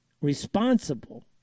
responsible